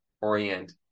orient